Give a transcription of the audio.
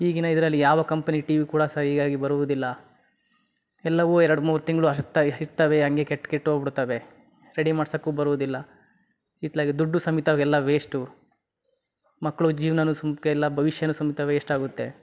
ಈಗಿನ ಇದ್ರಲ್ಲಿ ಯಾವ ಕಂಪ್ನಿ ಟಿ ವಿ ಕೂಡ ಸರಿಯಾಗಿ ಬರುವುದಿಲ್ಲ ಎಲ್ಲವೂ ಎರಡು ಮೂರು ತಿಂಗಳು ಅಷ್ಟೆ ಇರ್ತಾವೆ ಹಾಗೆ ಕೆಟ್ಟು ಕೆಟ್ಟು ಹೋಗ್ಬುಡ್ತಾವೆ ರೆಡಿ ಮಾಡ್ಸೋಕ್ಕೂ ಬರೋದಿಲ್ಲ ಇತ್ತಲಾಗೆ ದುಡ್ಡೂ ಸಮೇತ ಎಲ್ಲ ವೇಸ್ಟು ಮಕ್ಳ ಜೀವನಾನು ಸುಮ್ಕೆ ಎಲ್ಲ ಭವಿಷ್ಯನೂ ಸಮೇತ ವೇಸ್ಟ್ ಆಗುತ್ತೆ